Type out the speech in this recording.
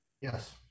Yes